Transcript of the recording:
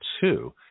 two